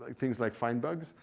things like findbugs